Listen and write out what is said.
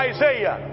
Isaiah